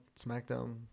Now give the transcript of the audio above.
SmackDown